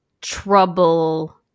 trouble